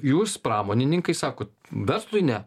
jūs pramonininkai sakot verslui ne